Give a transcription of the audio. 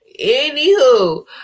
Anywho